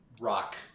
rock